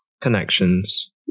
Connections